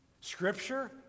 scripture